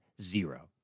zero